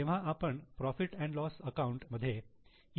जेव्हा आपण profit and loss account profit loss account मध्ये ई